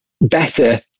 better